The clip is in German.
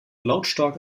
lautstark